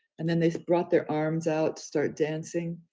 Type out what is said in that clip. and then they brought their arms out start dancing.